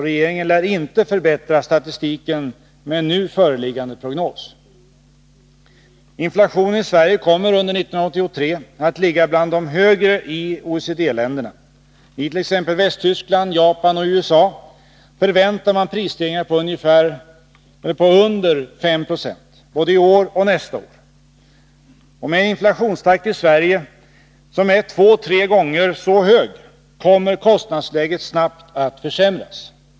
Regeringen lär inte förbättra statistiken med nu föreliggande prognos. Siffrorna för inflationen i Sverige kommer under 1983 att ligga bland de högre i OECD-länderna. I t.ex. Västtyskland, Japan och USA förväntar man prisstegringar på under 5 70, både i år och nästa år. Med en inflationstakt i Sverige som är två tre gånger så hög kommer kostnadsläget snabbt att försämras.